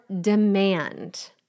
demand